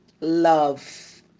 love